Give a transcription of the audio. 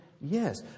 Yes